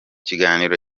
kiganiro